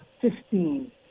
Fifteen